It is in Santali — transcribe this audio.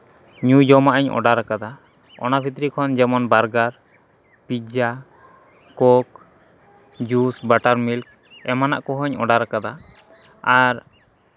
ᱧᱩ ᱡᱚᱢᱟᱜ ᱤᱧ ᱚᱰᱟᱨ ᱠᱟᱫᱟ ᱚᱱᱟ ᱵᱷᱤᱛᱨᱤ ᱠᱷᱚᱱ ᱡᱮᱢᱚᱱ burger pizza coke juice butter milk ᱮᱢᱟᱱᱟᱜ ᱠᱚᱦᱚᱸᱧ ᱚᱰᱟᱨ ᱠᱟᱫᱟ ᱟᱨ